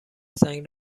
سنگ